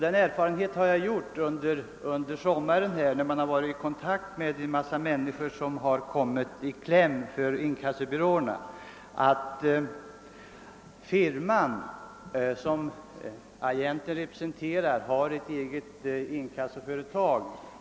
En erfarenhet som jag har gjort under sommaren när jag har varit i kontakt med en mängd människor som råkat ut för inkassobyråerna är att de firmor som agenterna representerar ofta har ett eget inkassoföretag.